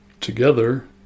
Together